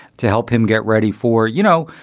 to help him get ready for, you know,